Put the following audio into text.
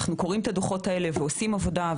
אנחנו קוראים את הדוחות האלה ועושים עבודה,